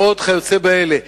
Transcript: ועוד כיוצא באלה.